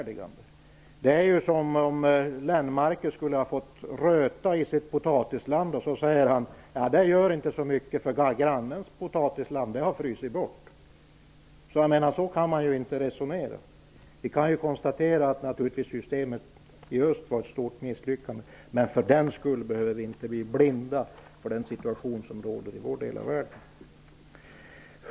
Det är som om Lennmarker skulle ha fått röta i sitt potatisland, och så skulle han säga att det inte gör så mycket därför att grannens potatisland har frusit bort. Så kan man inte resonera. Vi kan konstatera att systemet i öst var ett stort misslyckande. Men för den skull behöver vi inte bli blinda för den situation som råder i vår del av världen.